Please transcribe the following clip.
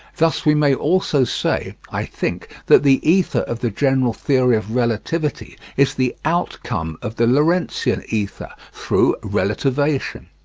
thus we may also say, i think, that the ether of the general theory of relativity is the outcome of the lorentzian ether, through relativation.